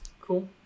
Cool